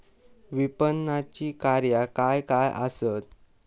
विपणनाची कार्या काय काय आसत?